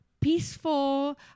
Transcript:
peaceful